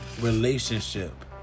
Relationship